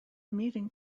meeting